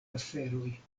aferoj